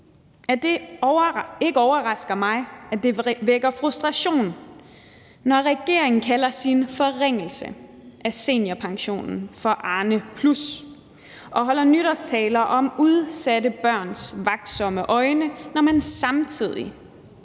at det ikke overrasker mig, at det vækker frustration, når regeringen kalder sin forringelse af seniorpensionen for Arnepluspension og holder nytårstaler om udsatte børns vagtsomme øjne, når man samtidig